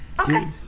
Okay